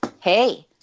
hey